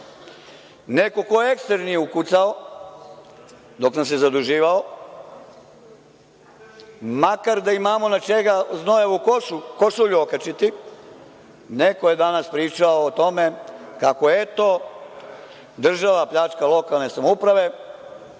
neko ko ekser nije ukucao, dok nas je zaduživao, makar da imamo na čega znojavu košulju okačiti, nego je danas pričao o tome kako, eto, država pljačka lokalne samouprave.